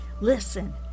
Listen